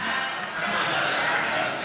סעיף 1 נתקבל.